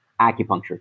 acupuncture